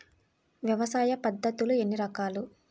వ్యవసాయ పద్ధతులు ఎన్ని రకాలు?